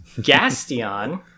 Gastion